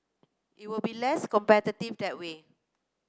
it will be less competitive that way